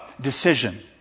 decision